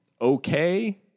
okay